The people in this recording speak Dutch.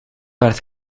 werd